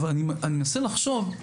אני מנסה לחשוב,